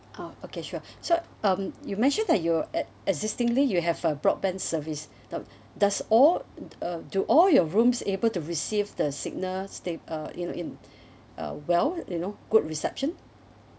ah okay sure so um you mentioned that you're at existingly you have a broadband service th~ does all uh do all your rooms able to receive the signal sta~ uh in a in uh well you know good reception